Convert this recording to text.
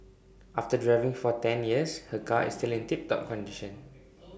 after driving for ten years her car is still in tip top condition